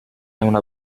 una